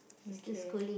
okay